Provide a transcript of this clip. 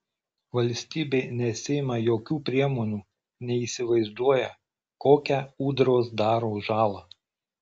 valstybė nesiima jokių priemonių neįsivaizduoja kokią ūdros daro žalą